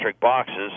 boxes